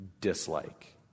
dislike